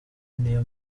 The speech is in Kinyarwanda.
niyo